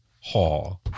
Hall